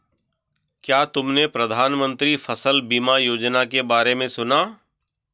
क्या तुमने प्रधानमंत्री फसल बीमा योजना के बारे में सुना?